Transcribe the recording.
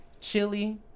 chili